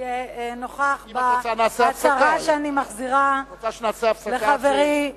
יהיה נוכח בהצהרה שאני מחזירה לחברי אורלב.